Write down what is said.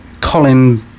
Colin